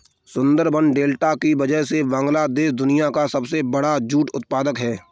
Sundarban delta की वजह से बांग्लादेश दुनिया का सबसे बड़ा जूट उत्पादक है